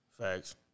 Facts